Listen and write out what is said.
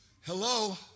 Hello